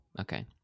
okay